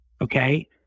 okay